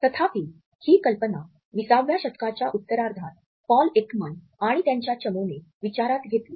तथापि ही कल्पना 20 व्या शतकाच्या उत्तरार्धात पॉल एकमन आणि त्याच्या चमूने विचारात घेतली